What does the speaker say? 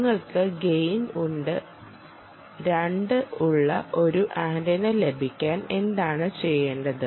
നിങ്ങൾക്ക് ഗെയിൻ രണ്ട് ഉള്ള ഒരു ആന്റിന ലഭിക്കാൻ എന്താണ് ചെയ്യേണ്ടത്